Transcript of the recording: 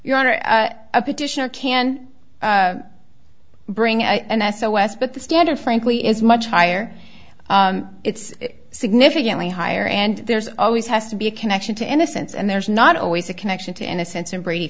order a petition or can bring i so west but the standard frankly is much higher it's significantly higher and there's always has to be a connection to innocence and there's not always a connection to innocence and brady